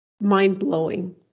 mind-blowing